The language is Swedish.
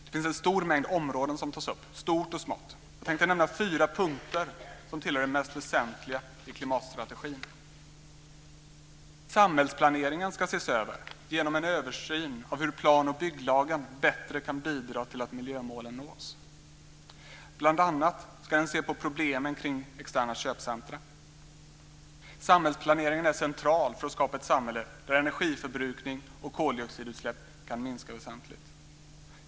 Det finns en stor mängd områden som tas upp, stort och smått. Jag tänkte nämna fyra punkter som tillhör de mest väsentliga delarna i klimatstrategin. Samhällsplaneringen ska ses över genom en översyn av hur plan och bygglagen bättre kan bidra till att miljömålen nås. Bl.a. ska man se på problemen kring externa köpcenter. Samhällsplaneringen är central för att skapa ett samhälle där energiförbrukning och koldioxidutsläpp kan minska väsentligt.